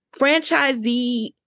franchisee